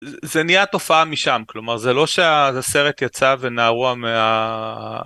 זה נהיה תופעה משם כלומר זה לא שהסרט יצא ונערוע מה...